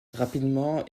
rapidement